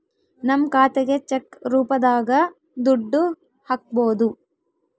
ನಮ್ ಖಾತೆಗೆ ಚೆಕ್ ರೂಪದಾಗ ದುಡ್ಡು ಹಕ್ಬೋದು